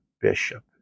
bishop